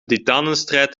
titanenstrijd